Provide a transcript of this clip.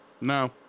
No